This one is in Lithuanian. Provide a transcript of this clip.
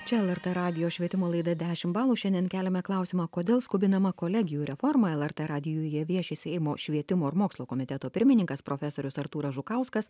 čia lrt radijo švietimo laida dešimt balų šiandien keliame klausimą kodėl skubinama kolegijų reformą lrt radijuje viešintis seimo švietimo ir mokslo komiteto pirmininkas profesorius artūras žukauskas